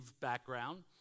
background